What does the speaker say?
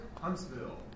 Huntsville